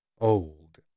old